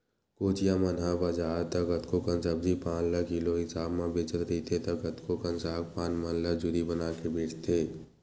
कोचिया मन ह बजार त कतको कन सब्जी पान ल किलो हिसाब म बेचत रहिथे त कतको कन साग पान मन ल जूरी बनाके बेंचथे